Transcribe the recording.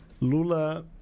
Lula